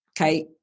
okay